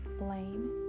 blame